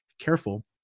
careful